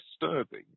disturbing